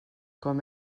com